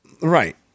Right